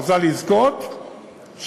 רוצה לזכות,